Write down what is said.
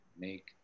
make